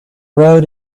road